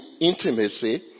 intimacy